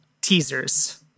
teasers